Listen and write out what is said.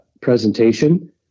presentation